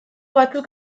batzuk